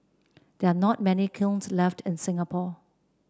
there are not many kilns left in Singapore